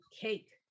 cake